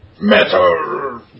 Metal